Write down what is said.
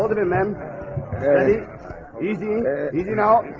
sort of in them very easy easy now